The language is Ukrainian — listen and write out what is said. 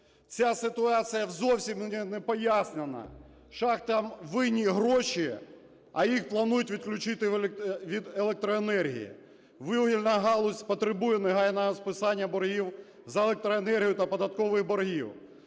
Ця ситуація зовсім не пояснена: шахтам винні гроші, а їх планують відключити від електроенергії. Вугільна галузь потребує негайного списання боргів за електроенергію та податкових боргів,